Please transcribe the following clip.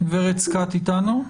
גברת סקאט אתנו?